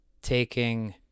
taking